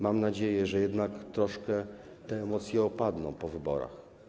Mam nadzieję, że jednak troszkę te emocje opadną po wyborach.